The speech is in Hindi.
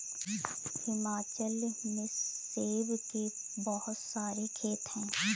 हिमाचल में सेब के बहुत सारे खेत हैं